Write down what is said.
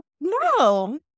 No